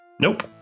nope